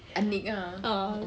adik ah